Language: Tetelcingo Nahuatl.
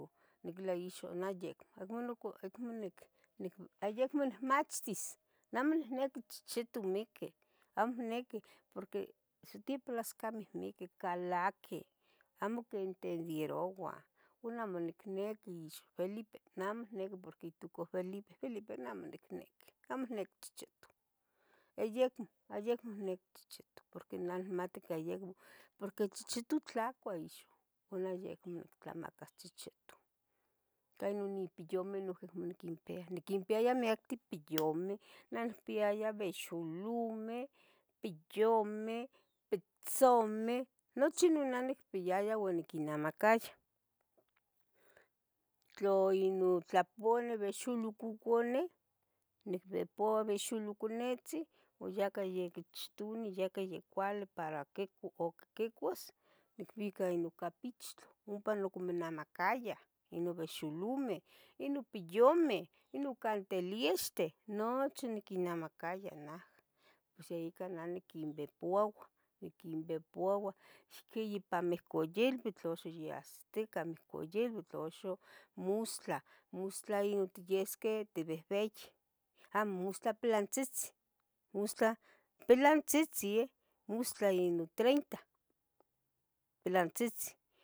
laixonayec amo nuco acmo nic amo yec momachtis nah amo ncniqui chichitu miquih, amo niqui porqui siqui plascamihmiqui, calaquih amo quintienderouah uan amo nicniqui ix Felipe naha amo nicniqui porque itoocaa Felipe, Felipe amo nicniqui amo nicniqui chichitu a yeh a yeh icniqui chicichitu porque nah inmati que yeh porque chcichitu tlacua uan nah amo inyectlamacas chichitu cainon ipiyumeh niquempia, niquimpiaia miqueh ipiyumeh, nah impiaya bexolomeh, piyumeh pitzomeh, nochi non nah onicpiaia uan oniquinnamacaya. Tla inon tlapobal bexolocucuneh nicbepoba bexoloconetzi oyacayequichtone oyaca ye iccuali para quicuas nicbica inonocapichtla ompa onoconamacaya inobexolomeh, inopiyumeh nocantelixteh, nochi niquinamacayah nah pos ya ica non niquinbepuaba, niquinbepuaba ixpayemehcoilbitl ixyahasitica mihcueiluitl uxo mostla, mostla intiyesqueh tibehbeyi, amo mostla pelantzitzi, mostla pelantzitzin, mostla inontreinta pelantzitzi